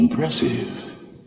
Impressive